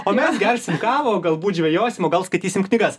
o mes gersim kavą o galbūt žvejosim o gal skaitysim knygas